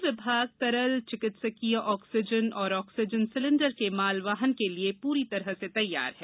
rail विभाग तरल चिकित्सीय ऑक्सीजन और ऑक्सीजन सिलेंडर के मालवहन के लिए पूरी तरह से तैयार है